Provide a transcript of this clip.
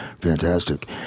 Fantastic